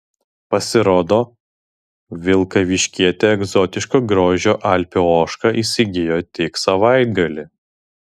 pasirodo vilkaviškietė egzotiško grožio alpių ožką įsigijo tik savaitgalį